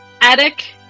Attic